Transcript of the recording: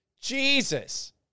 Jesus